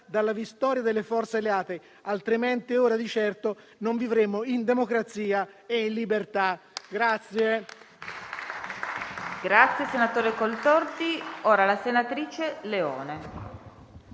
dalla vittoria delle forze alleate, altrimenti ora di certo non vivremmo in democrazia e in libertà.